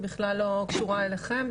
היא בכלל לא קשורה אליכם,